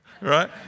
Right